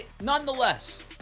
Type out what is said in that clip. nonetheless